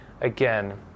again